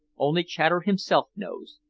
only chater himself knows.